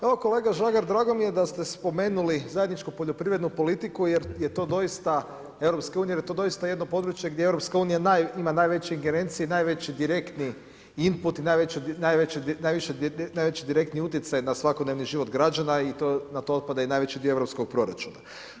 Evo, kolega Žagar drago mi je da ste spomenuli zajedničku poljoprivrednu politiku EU jer je to doista jedno područje gdje EU ima najveće ingerencije, najveći direktni input i najveći direktni utjecaj na svakodnevni život građana i na to otpada i najveći dio europskog proračuna.